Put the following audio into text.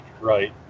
right